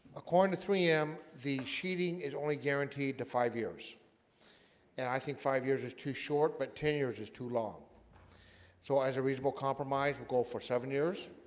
according to three m the sheeting is only guaranteed to five years and i think five years is too short, but ten years is too long so reasonable compromise. we'll go for seven years